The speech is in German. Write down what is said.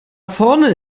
vorne